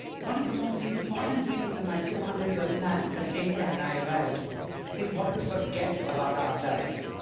one of the most important things in my two hundred year plan that netra and i write is what to forget about ourselves.